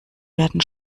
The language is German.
werden